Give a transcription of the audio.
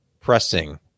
pressing